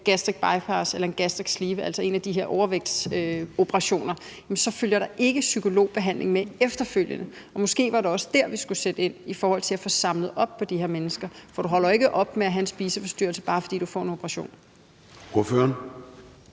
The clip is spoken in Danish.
gastric bypassoperation eller en gastric sleeve-operation, altså en af de her overvægtsoperationer, så følger der ikke psykologbehandling med efterfølgende. Måske var det også der, vi skulle sætte ind i forhold til at få samlet op på de her mennesker. For du holder jo ikke op med at have en spiseforstyrrelse, bare fordi du får en operation